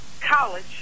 college